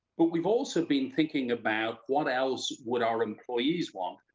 but we've also been thinking about what else would our employees want?